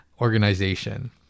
organization